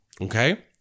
okay